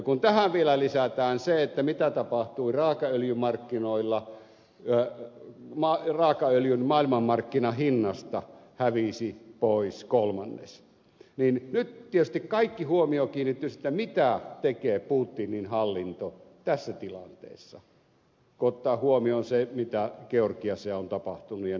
kun tähän vielä lisätään se mitä tapahtuu raakaöljymarkkinoilla missä raakaöljyn maailmanmarkkinahinnasta hävisi pois kolmannes niin nyt tietysti kaikki huomio kiinnittyy siihen mitä tekee putinin hallinto tässä tilanteessa kun ottaa huomioon sen mitä georgiassa on tapahtunut ja niillä tienoilla